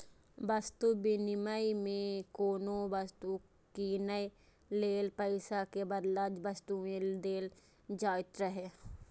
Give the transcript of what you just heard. वस्तु विनिमय मे कोनो वस्तु कीनै लेल पैसा के बदला वस्तुए देल जाइत रहै